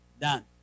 Done